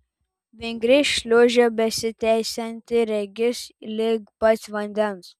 vingri šliūžė besitęsianti regis lig pat vandens